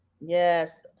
yes